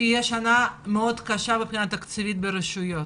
תהיה שנה מאוד קשה מבחינה תקציבית ברשויות